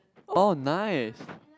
oh nice